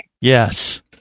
yes